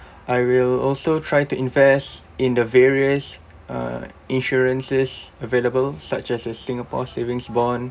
I will also try to invest in the various uh insurances available such as the singapore savings bond